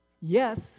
Yes